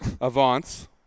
Avance